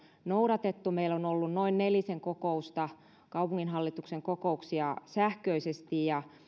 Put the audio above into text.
noudatettu meillä on ollut noin nelisen kaupunginhallituksen kokousta sähköisesti ja